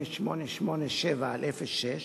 8887/06,